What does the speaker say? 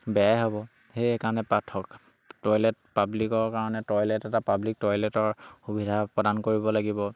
বেয়াই হ'ব সেয়ে সেইকাৰণে পাত হওক টয়লেট পাব্লিকৰ কাৰণে টয়লেট এটা পাব্লিক টয়লেটৰ সুবিধা প্ৰদান কৰিব লাগিব